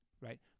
right